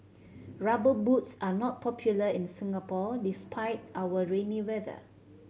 Rubber Boots are not popular in Singapore despite our rainy weather